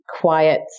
quiet